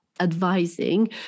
advising